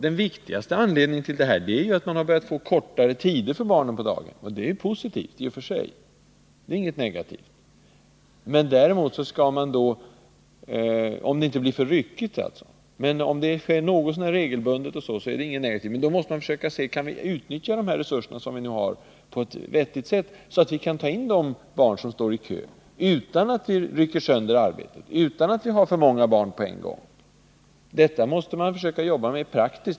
Den viktigaste anledningen är att barnen har börjat vara kortare tider på daghemmen, och det är i och för sig positivt, om det inte blir för ryckigt. Men då måste man se efter om vi kan utnyttja de resurser som vi nu har på ett bättre sätt, så att vi kan ta in de barn som nu står i kö, utan att vi rycker sönder arbetet och utan att ha för många barn på en gång. Detta måste man försöka jobba med praktiskt.